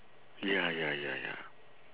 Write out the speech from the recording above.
ya ya ya ya